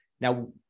Now